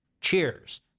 Cheers